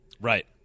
Right